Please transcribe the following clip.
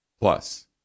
Plus